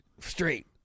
straight